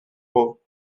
aux